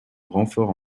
renforts